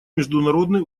международный